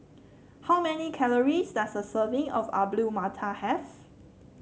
how many calories does a serving of Alu Matar have